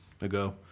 ago